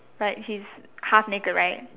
like he's half naked right